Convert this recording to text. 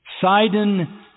Sidon